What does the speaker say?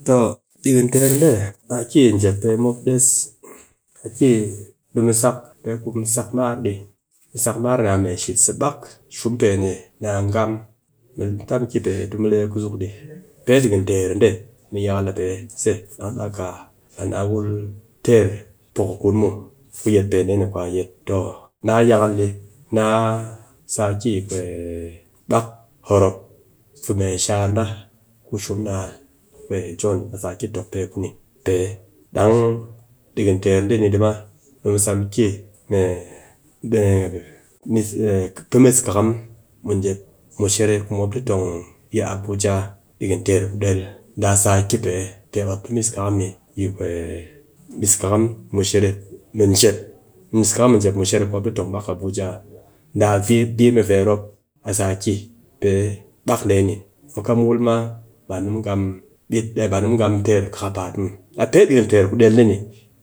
To dikin ter dee a ki yi jep pe mop des a ki ku mu sak, pe ku mu sak mar di, mu sak mar ni a mee shit se bak, shum pe ni nia gaam, mu ta mu ki pe tɨ mu lee kuzuk di pe dikin teer ɗee, mu yakal a pe se dang daa ka, dang naa wul teer poko kun muw ku yet pe dee ni ku a yet, to na yakal dɨ na sa ki bak horop fi mee shaar na ku shum ni jon, a sa ki tokpe ku ni. Dang dikin teer dee ni di ma ɓe mu sa mu ki pe miskakam mɨ jep mɨshere ku mop dɨ tong yi abuja, dikin teer ku del na sa ki pe, pe mop pe miskakam di yi miskakam mushere, mɨ jep, miskakam mɨ jep mɨshere ku mop dɨ tong bak abuja, naan pe iko mop, a sa ki pe bak dee ni. ba nu mu gaam teer kakapaat muw, a pe dikin teer dee ni